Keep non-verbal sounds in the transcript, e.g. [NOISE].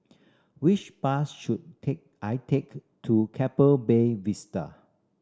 which bus should [UNINTELLIGIBLE] I take to Keppel Bay Vista